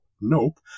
nope